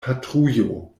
patrujo